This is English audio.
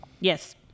Yes